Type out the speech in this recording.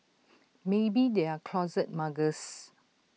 maybe they are closet muggers